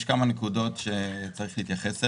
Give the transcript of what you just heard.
יש כמה נקודות אליהן צריך להתייחס: